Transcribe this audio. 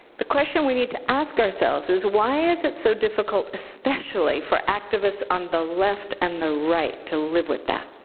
the question we need to ask ourselves is, why is it so difficult, especially for activists on the left and the right, to live with that,